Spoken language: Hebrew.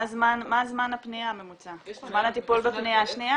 מה זמן הטיפול בפנייה הממוצע?